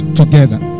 together